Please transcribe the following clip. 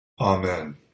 Amen